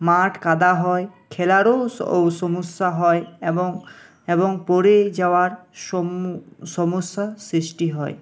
মাঠ কাদা হয় খেলারও সমস্যা হয় এবং পড়ে যাওয়ার সম্মু সমস্যা সৃষ্টি হয়